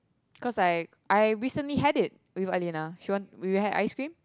cause like I recently had it with Alina she want we had ice cream